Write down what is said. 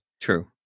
True